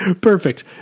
Perfect